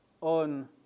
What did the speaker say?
on